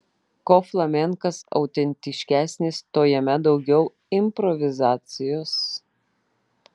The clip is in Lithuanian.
kuo flamenkas autentiškesnis tuo jame daugiau improvizacijos